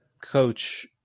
coach